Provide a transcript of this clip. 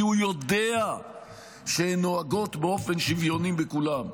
כי הוא יודע שהן נוהגות באופן שוויוני בכולם.